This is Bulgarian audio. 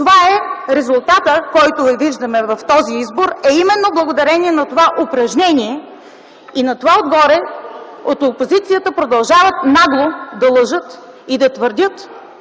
ГЕРБ.) Резултатът, който виждаме в този избор, е именно благодарение на това упражнение и на това отгоре от опозицията продължават нагло да лъжат и да твърдят